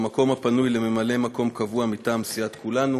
במקום הפנוי לממלא-מקום קבוע מטעת סיעת כולנו